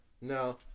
No